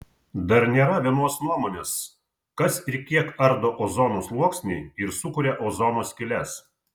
dar nėra vienos nuomonės kas ir kiek ardo ozono sluoksnį ir sukuria ozono skyles